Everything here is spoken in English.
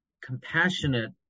compassionate